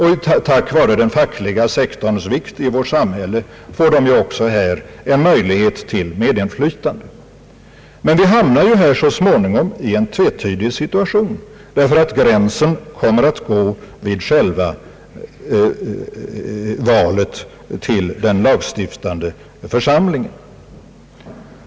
Tack vare den fackliga sektorns vikt i vårt samhälle får de också här möjlighet till medinflytande. Men vi hamnar så småningom i en tvetydig situation, därför att gränsen kommer att gå vid själva valet till den lagstiftande församlingen.